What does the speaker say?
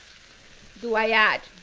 do i add